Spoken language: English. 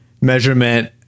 measurement